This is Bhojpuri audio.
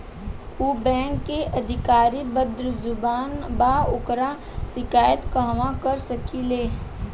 उ बैंक के अधिकारी बद्जुबान बा ओकर शिकायत कहवाँ कर सकी ले